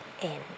End